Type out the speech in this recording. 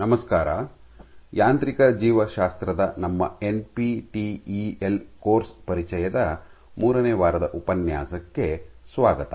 ನಮಸ್ಕಾರ ಮತ್ತು ಯಾಂತ್ರಿಕ ಜೀವಶಾಸ್ತ್ರದ ನಮ್ಮ ಎನ್ಪಿಟಿಇಎಲ್ ಕೋರ್ಸ್ ಪರಿಚಯದ ಮೂರನೇ ವಾರದ ಉಪನ್ಯಾಸಕ್ಕೆ ಸ್ವಾಗತ